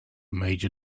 major